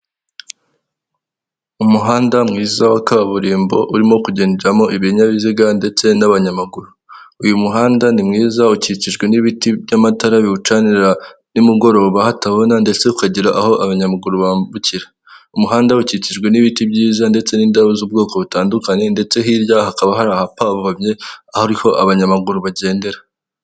Umuhanda mwiza wa kaburimbo urimo kugenderamo ibinyabiziga ndetse n'abanyamaguru, uyu muhanda ni mwiza ukikijwe n'ibiti by'amatara biwucanira ni mugoroba hatabona ndetse ukagira aho abanyamaguru bambukira, umuhanda ukikijwe n'ibiti byiza ndetse n'indabo z'ubwoko butandukanye, ndetse hirya hakaba hari ahapavomye, aho ariho abanyamaguru bagendera.